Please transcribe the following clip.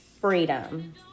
Freedom